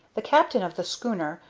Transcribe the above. the captain of the schooner,